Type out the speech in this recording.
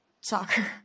soccer